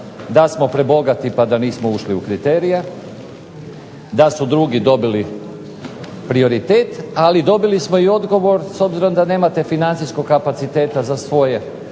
da smo prebogati pa da nismo ušli u kriterije, da su drugi dobili prioritet, ali dobili smo i odgovor, s obzirom da nemate financijskog kapaciteta za svoje